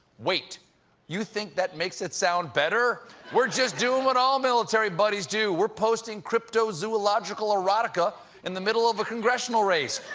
wait you think that makes it sound better? we're just doing what all military buddies do we're posting cryptozoological erotica in the middle of a congressional race.